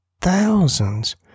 thousands